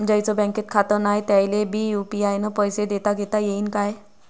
ज्याईचं बँकेत खातं नाय त्याईले बी यू.पी.आय न पैसे देताघेता येईन काय?